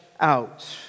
out